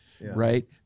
right